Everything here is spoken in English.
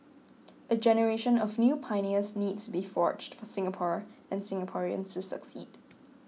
a generation of new pioneers needs to be forged for Singapore and Singaporeans to succeed